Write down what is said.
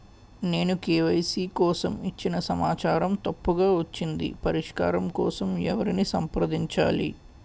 నేను కే.వై.సీ కోసం ఇచ్చిన సమాచారం తప్పుగా వచ్చింది పరిష్కారం కోసం ఎవరిని సంప్రదించాలి?